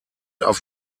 auf